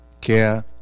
care